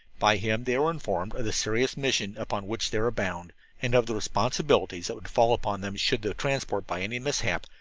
by him they were informed of the serious mission upon which they were bound and of the responsibilities that would fall upon them should the transport, by any mishap,